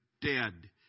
dead